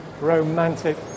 romantic